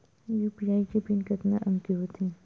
UPI के pin कतका अंक के होथे?